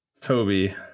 Toby